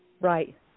Right